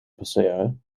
passeren